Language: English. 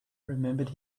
remembered